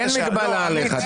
אין מגבלה עליך.